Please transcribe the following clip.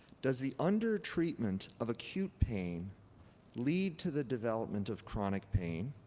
does the undertreatment of acute pain lead to the development of chronic pain?